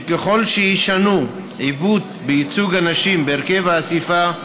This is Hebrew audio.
ככל שיש עיוות בייצוג הנשים בהרכב האספה,